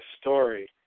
story